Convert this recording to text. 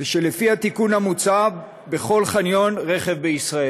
ולפי התיקון המוצע, בכל חניון רכב בישראל.